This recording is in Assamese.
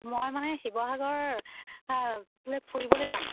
মই মানে শিৱসাগৰ লে ফুৰিবলৈ যাম